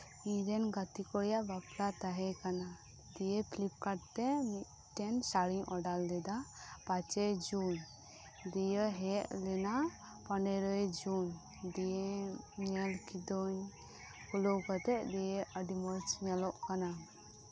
ᱤᱧ ᱨᱮᱱ ᱜᱟᱛᱮ ᱠᱩᱲᱤᱭᱟᱜ ᱵᱟᱯᱞᱟ ᱛᱟᱦᱮᱸ ᱠᱟᱱᱟ ᱫᱤᱭᱮ ᱯᱷᱤᱞᱤᱯ ᱠᱟᱨᱰ ᱛᱮ ᱢᱤᱫᱴᱮᱱ ᱥᱟᱹᱲᱤᱧ ᱚᱰᱟᱨ ᱞᱮᱫᱟ ᱯᱟᱸᱪᱮᱭ ᱡᱩᱱ ᱫᱤᱭᱮ ᱦᱮᱡ ᱞᱮᱱᱟ ᱯᱚᱱᱮᱨᱚᱭ ᱡᱩᱱ ᱫᱤᱭᱮ ᱧᱮᱞ ᱠᱤᱫᱟᱹᱧ ᱠᱷᱩᱞᱟᱹᱣ ᱠᱟᱛᱮᱫ ᱫᱤᱭᱮ ᱟᱹᱰᱤ ᱢᱚᱸᱡᱽ ᱧᱮᱞᱚᱜ ᱠᱟᱱᱟ